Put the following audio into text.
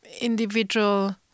individual